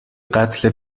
قتل